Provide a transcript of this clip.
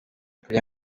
kugira